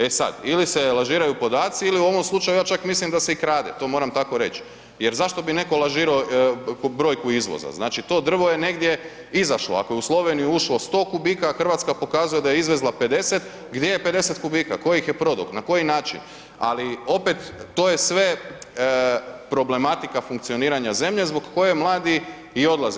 E sad, ili se lažiraju podaci ili u ovom slučaju ja čak mislim da se i krade, to moram tako reć jer zašto bi neko lažirao brojku izvoza, znači to drvo je negdje izašlo, ako je u Sloveniju ušlo 100 m3, a RH pokazuje da je izvezla 50, gdje je 50 m3, tko ih je prodo, na koji način, ali opet to je sve problematika funkcioniranja zemlje zbog koje mladi i odlaze.